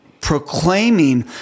proclaiming